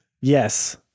Yes